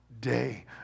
day